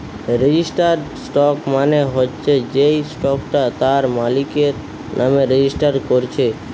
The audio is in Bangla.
রেজিস্টার্ড স্টক মানে হচ্ছে যেই স্টকটা তার মালিকের নামে রেজিস্টার কোরছে